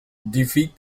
defeat